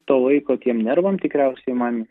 to laiko tiem nervam tikriausiai man